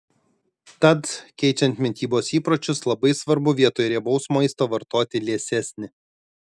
tad keičiant mitybos įpročius labai svarbu vietoj riebaus maisto vartoti liesesnį